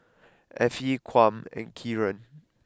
Effie Kwame and Kieran